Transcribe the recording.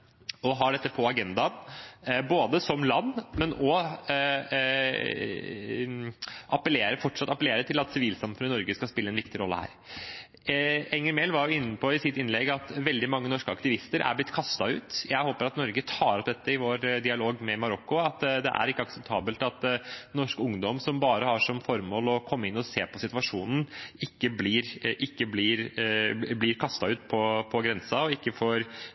og har dette på agendaen, som land, men at man også fortsatt appellerer til at sivilsamfunnet i Norge skal spille en viktig rolle her. Representanten Enger Mehl var i sitt innlegg inne på at veldig mange norske aktivister er blitt kastet ut. Jeg håper at Norge tar opp dette i sin dialog med Marokko, at det ikke er akseptabelt at norsk ungdom som bare har som formål å komme inn og se på situasjonen, blir kastet ut på grensen og ikke får tilgang. Vi trenger at unge folk reiser til Vest-Sahara og